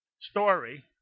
story